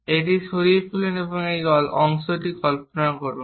এটি সরিয়ে ফেলুন এবং এই অংশটি কল্পনা করুন